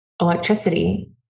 electricity